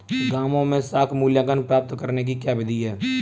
गाँवों में साख मूल्यांकन प्राप्त करने की क्या विधि है?